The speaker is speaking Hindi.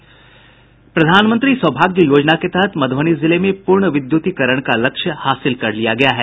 प्रधानमंत्री सौभाग्य योजना के तहत मधुबनी जिले में पूर्ण विद्युतीकरण का लक्ष्य हासिल कर लिया गया है